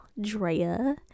drea